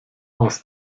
aus